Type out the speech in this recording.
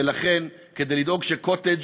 ולכן, כדי לדאוג שקוטג'